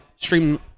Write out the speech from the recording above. stream